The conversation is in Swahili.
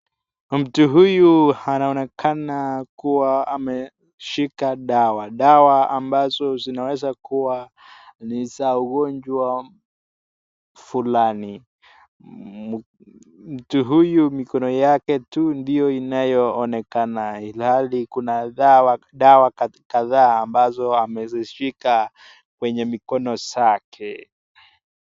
Mtu huyu anaonekana kuwa ameshika dawa dawa ambazo zinaweza kuwa ni za ugonjwa fulani. Mtu huyu mikono yake tu ndiyo inaonekana ilhali kuna dawa kadhaa ambazo amezishika kwenye mikono zake.